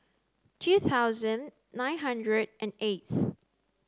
two thousand nine hundred and eighth